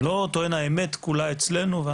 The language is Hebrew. אני לא טוען, האמת כולה אצלנו.